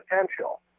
potential